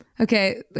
Okay